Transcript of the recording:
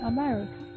America